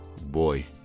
boy